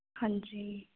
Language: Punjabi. ਹਾਂਜੀ